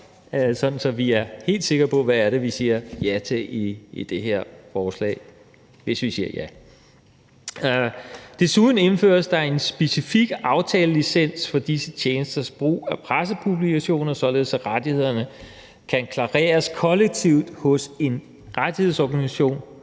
være helt sikre på, hvad det er, vi siger ja til med det her forslag – hvis vi siger ja. Desuden indføres der en specifik aftalelicens for disse tjenesters brug af pressepublikationer, således at rettighederne kan klareres kollektivt hos en rettighedsorganisation